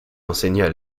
enseigna